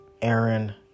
Aaron